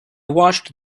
watched